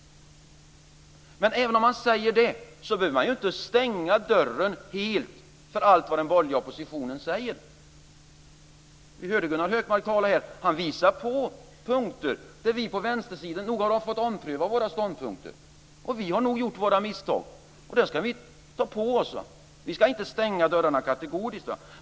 Man behöver ändå inte stänga dörren helt för allt vad den borgerliga oppositionen säger. Vi hörde att Gunnar Hökmark här visade på punkter där vi på vänstersidan nog har fått ompröva våra ståndpunkter. Vi har nog gjort våra misstag, och det ska vi ta på oss. Vi ska inte stänga dörrarna kategoriskt.